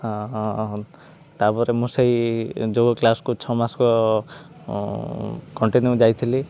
ହଁ ହଁ ହଁ ତାପରେ ମୁଁ ସେଇ ଯୋଗ କ୍ଲାସ୍କୁ ଛଅ ମାସକ କଣ୍ଟିନ୍ୟୁ ଯାଇଥିଲି